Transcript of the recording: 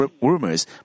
rumors